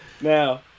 Now